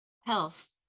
health